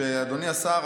אדוני השר,